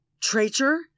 Traitor